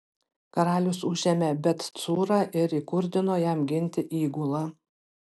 karalius užėmė bet cūrą ir įkurdino jam ginti įgulą